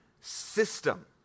system